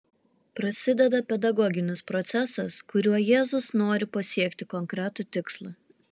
prasideda pedagoginis procesas kuriuo jėzus nori pasiekti konkretų tikslą